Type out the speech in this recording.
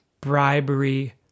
bribery